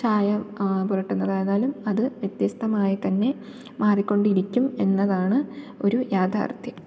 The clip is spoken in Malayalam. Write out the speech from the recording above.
ചായം പുരട്ടുന്നതായാലും അത് വത്യസ്തമായിത്തന്നെ മാറിക്കൊണ്ടിരിക്കും എന്നതാണ് ഒരു യഥാർഥ്യം